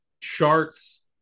charts